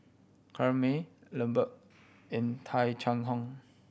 Corrinne May Lambert and Tung Chye Hong